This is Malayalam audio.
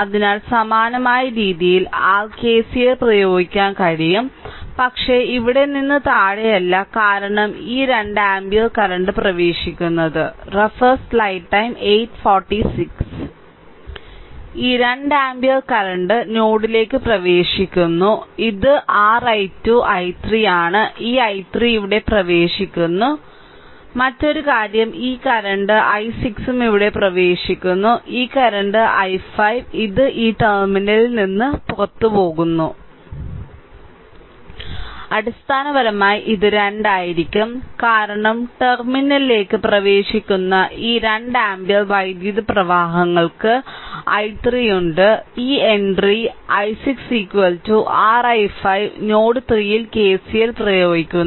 അതിനാൽ സമാനമായ രീതിയിൽ r KCL പ്രയോഗിക്കാൻ കഴിയും പക്ഷേ ഇവിടെ നിന്ന് താഴെയല്ല കാരണം ഈ 2 ആമ്പിയർ കറന്റ് പ്രവേശിക്കുന്നു ഈ 2 ആമ്പിയർ കറന്റ് നോഡിലേക്ക് പ്രവേശിക്കുന്നു ഇതും r i2 i3 ആണ് ഈ i3 ഇവിടെ പ്രവേശിക്കുന്നു മറ്റൊരു കാര്യം ഈ കറന്റ് i6 ഉം ഇവിടെ പ്രവേശിക്കുന്നു ഈ കറന്റ് i5 ഇത് ഈ ടെർമിനലിൽ നിന്ന് പുറത്തുപോകുന്നു അടിസ്ഥാനപരമായി ഇത് 2 ആയിരിക്കും കാരണം ടെർമിനലിലേക്ക് പ്രവേശിക്കുന്ന ഈ 2 ആമ്പിയർ വൈദ്യുത പ്രവാഹങ്ങൾക്ക് i3 ഉണ്ട് ഈ entry i6 r i5 node 3 ൽ KCL പ്രയോഗിക്കുന്നു